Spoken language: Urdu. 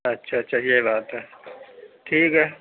اچھا اچھا یہ بات ہے ٹھیک ہے